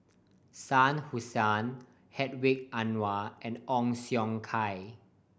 Shah Hussain Hedwig Anuar and Ong Siong Kai